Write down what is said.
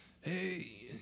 hey